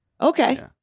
Okay